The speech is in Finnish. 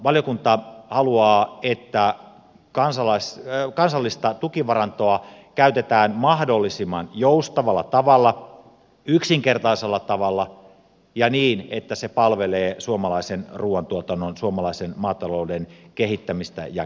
valiokunta haluaa että kansallista tukivarantoa käytetään mahdollisimman joustavalla ja yksinkertaisella tavalla ja niin että se palvelee suomalaisen ruuantuotannon ja suomalaisen maatalouden kehittämistä ja kehittymistä